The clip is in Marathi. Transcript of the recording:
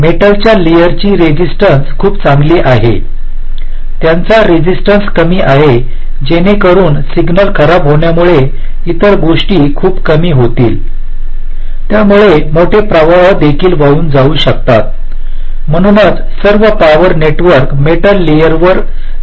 मेटलच्या लेअरची रेसिस्टन्स खूप चांगली आहे त्याचा रेसिस्टन्स कमी आहे जेणेकरून सिग्नल खराब होण्यामुळे इतर गोष्टी खूप कमी होतील यामुळे मोठे प्रवाह देखील वाहून जाऊ शकतात म्हणूनच सर्व पॉवर नेटवर्क मेटल लेयरवर घातली आहेत